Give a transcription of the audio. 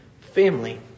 family